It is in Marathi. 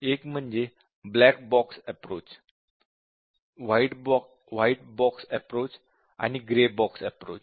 एक म्हणजे black box approach white box approach आणि ग्रे बॉक्स अँप्रोच